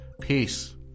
Peace